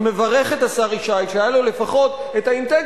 אני מברך את השר ישי שהיה לו לפחות האינטגריטי